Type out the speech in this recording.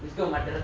let's go mother